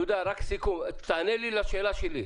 יהודה, רק סיכום, תענה לשאלה שלי: